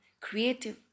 creative